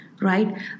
Right